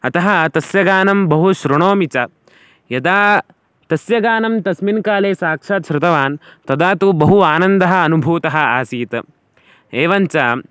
अतः तस्य गानं बहु शृणोमि च यदा तस्य गानं तस्मिन् काले साक्षात् शृतवान् तदा तु बहु आनन्दः अनुभूतः आसीत् एवञ्च